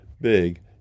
big